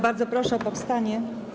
Bardzo proszę o powstanie.